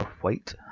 white